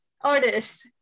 artists